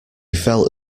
felt